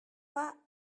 pas